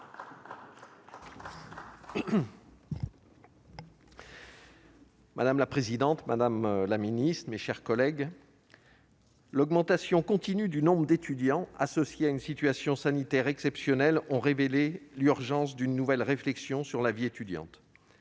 Madame la présidente, madame la ministre, mes chers collègues, l'augmentation continue du nombre d'étudiants, associée à une situation sanitaire exceptionnelle, a révélé l'urgence d'une nouvelle réflexion sur la vie étudiante.